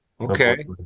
Okay